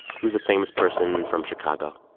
who's a famous person from chicago?